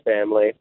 family